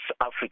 Africa